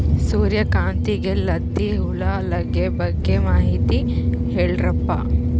ಸೂರ್ಯಕಾಂತಿಗೆ ಲದ್ದಿ ಹುಳ ಲಗ್ಗೆ ಬಗ್ಗೆ ಮಾಹಿತಿ ಹೇಳರಪ್ಪ?